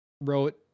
wrote